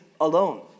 alone